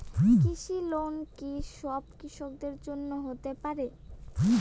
কৃষি লোন কি সব কৃষকদের জন্য হতে পারে?